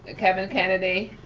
ah kevin kennedy.